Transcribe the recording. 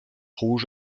rouge